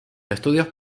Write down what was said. estudios